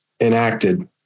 enacted